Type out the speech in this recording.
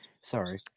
Sorry